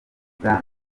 ubwami